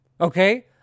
Okay